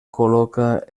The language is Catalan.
col·loca